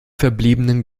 verbliebenen